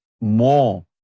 more